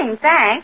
thanks